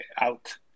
out